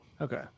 Okay